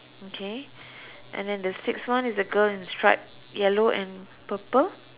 okay and then the sixth one is the girl in stripe yellow and purple